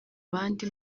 bandi